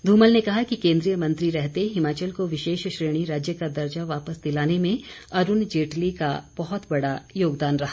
धूमल ने कहा कि केंद्रीय मंत्री रहते हिमाचल को विशेष श्रेणी राज्य का दर्जा वापस दिलाने में अरूण जेटली का बहुत बड़ा योगदान रहा